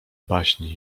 baśń